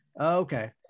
Okay